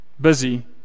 busy